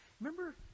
remember